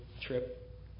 trip